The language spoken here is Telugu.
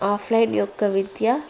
ఆఫ్లైన్ యొక్క విద్య